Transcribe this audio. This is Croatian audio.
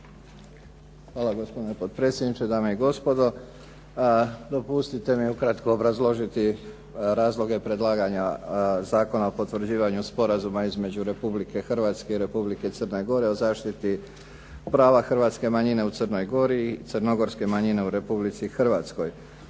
Hvala gospodine potpredsjedniče, dame i gospodo. Dopustite mi ukratko obrazložiti razloge predlaganja Zakona o potvrđivanju Sporazuma između Republike Hrvatske i Republike Crne Gore o zaštiti prava hrvatske manjine u Crnoj Gori i crnogorske manjine u Republici Hrvatskoj.